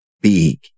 big